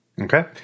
Okay